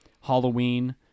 Halloween